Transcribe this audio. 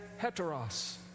heteros